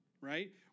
right